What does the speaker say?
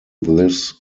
this